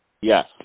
Yes